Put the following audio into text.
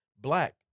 Black